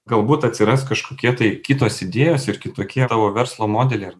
galbūt atsiras kažkokie tai kitos idėjos ir kitokie tavo verslo modeliai ar